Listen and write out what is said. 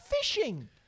fishing